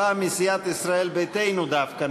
הפעם מסיעת ישראל ביתנו דווקא.